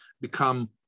become